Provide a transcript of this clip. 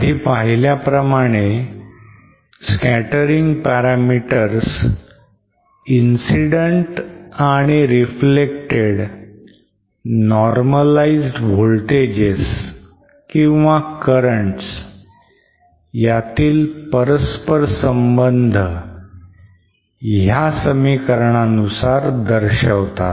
आधी पाहिल्या प्रमाणे scattering parameters incident आणि reflected normalized voltages or currents यातील परस्पर संबंध ह्या समीकरणानुसार दर्शवितात